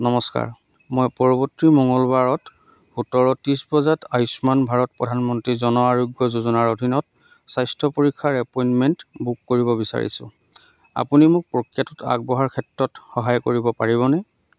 নমস্কাৰ মই পৰৱৰ্তী মঙলবাৰত সোতৰ ত্ৰিছ বজাত আয়ুষ্মান ভাৰত প্ৰধানমন্ত্ৰী জন আৰোগ্য যোজনাৰ অধীনত স্বাস্থ্য পৰীক্ষাৰ এপইণ্টমেণ্ট বুক কৰিব বিচাৰিছোঁ আপুনি মোক প্ৰক্ৰিয়াটোত আগবঢ়াৰ ক্ষেত্ৰত সহায় কৰিব পাৰিবনে